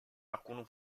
alcun